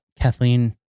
Kathleen